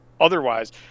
otherwise